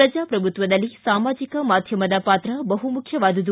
ಪ್ರಜಾಪ್ರಭುತ್ವದಲ್ಲಿ ಸಾಮಾಜಿಕ ಮಾಧ್ಯಮದ ಪಾತ್ರ ಬಹುಮುಖ್ಯವಾದುದು